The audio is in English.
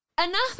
enough